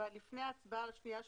לפני ההצבעה בקריאה שנייה ושלישית,